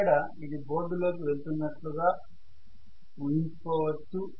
ఇక్కడ ఇది బోర్డు లోకి వెళ్తున్నట్లు ఈ విధంగా ఊహించుకోవచ్చు